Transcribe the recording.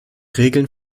regeln